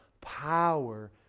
power